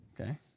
Okay